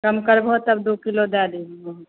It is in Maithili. कम करबहो तब दुइ किलो दै दिहो हँ